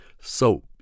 So